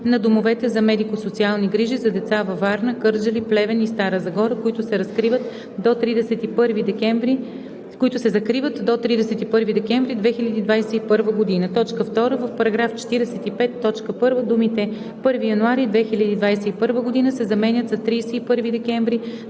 на домовете за медико-социални грижи за деца във Варна, Кърджали, Плевен и Стара Загора, които се закриват до 31 декември 2021 г.“. 2. В § 45, т. 1 думите „1 януари 2021 г.“ се заменят с „31 декември